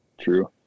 true